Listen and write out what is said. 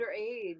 underage